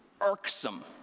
irksome